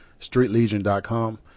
streetlegion.com